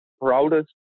proudest